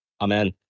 Amen